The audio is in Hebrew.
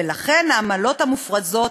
ולכן העמלות המופרזות.